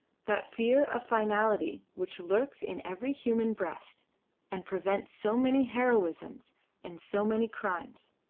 that fear of finality which lurks in every human breast and prevents so many heroisms and so many crimes.